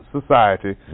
society